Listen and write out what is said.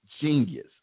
genius